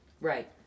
Right